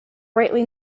rightly